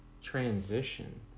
transition